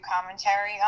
commentary